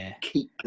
keep